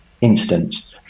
instance